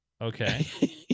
okay